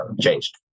changed